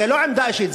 זה לא עמדה אישית,